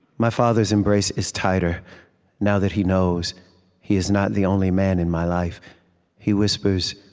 my father's embrace is tighter now that he knows he is not the only man in my life he whispers,